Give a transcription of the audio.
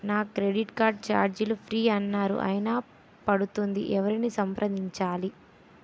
నా credit card ఛార్జీలు free అన్నారు అయినా పడుతుంది ఎవరిని సంప్రదించాలి?